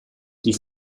die